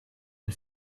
den